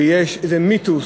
ויש איזה מיתוס,